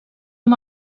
amb